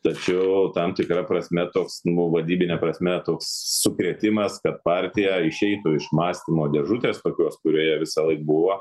tačiau tam tikra prasme toks buvo vadybine prasme toks sukrėtimas kad partija išeitų iš mąstymo dėžutės tokios kurioje visąlaik buvo